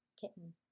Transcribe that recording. kitten